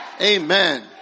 Amen